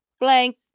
blank